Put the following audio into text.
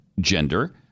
gender